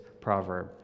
proverb